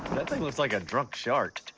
that thing looks like a drunk shark.